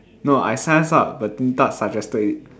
no I signed us up but Din-Tat suggested it